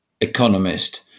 economist